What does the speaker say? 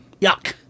yuck